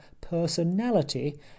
personality